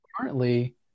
currently